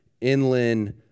inland